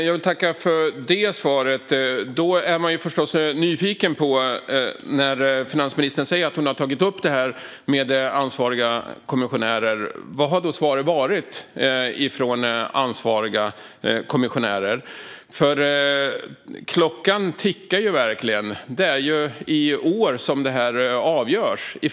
Herr talman! Jag vill tacka för detta svar. När finansministern säger att hon har tagit upp detta med ansvariga kommissionärer blir jag förstås nyfiken på vad svaret från dem har varit. Klockan tickar verkligen. Det är i år detta avgörs.